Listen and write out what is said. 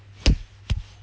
don't need to clap